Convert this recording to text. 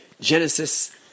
Genesis